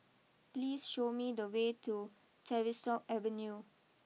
please show me the way to Tavistock Avenue